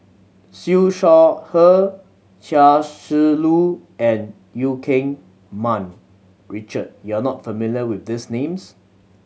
Siew Shaw Her Chia Shi Lu and Eu Keng Mun Richard you are not familiar with these names